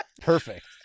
Perfect